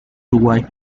uruguay